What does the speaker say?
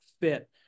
fit